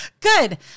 Good